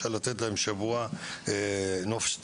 צריך לתת להם שבוע נופש טיפולי.